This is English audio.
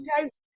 guys